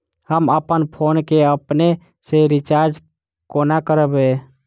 हम अप्पन फोन केँ अपने सँ रिचार्ज कोना करबै?